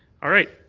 all right.